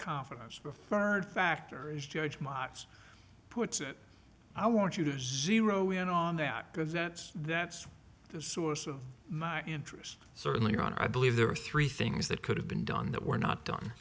confidence preferred factors judge mavs puts it i want you to zero in on that because that's the source of my interest certainly ron i believe there are three things that could have been done that were not done